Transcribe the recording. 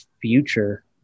future